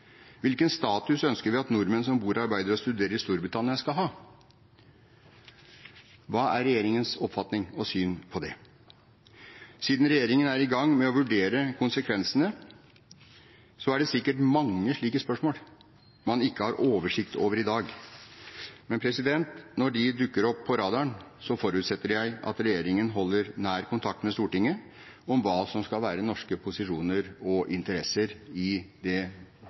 Hvilken status ønsker vi at nordmenn som bor, arbeider og studerer i Storbritannia, skal ha? Hva er regjeringens oppfatning og syn på det? Siden regjeringen er i gang med å vurdere konsekvensene, er det sikkert mange slike spørsmål man ikke har oversikt over i dag. Men når de dukker opp på radaren, forutsetter jeg at regjeringen holder nær kontakt med Stortinget om hva som skal være norske posisjoner og interesser i det